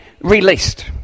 released